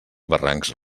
barrancs